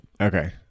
Okay